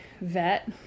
vet